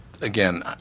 again